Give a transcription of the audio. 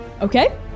Okay